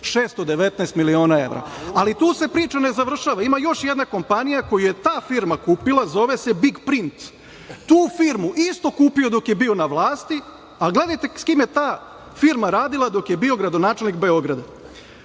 619 miliona evra. Tu se priča ne završava. Ima još jedna kompanija koju je ta firma kupila, a zove se „Big print“. Tu firmu je isto kupio dok je bio na vlasti, a gledajte sa kim je ta firma radila dok je bio gradonačelnik Beograda.